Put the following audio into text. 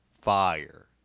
fire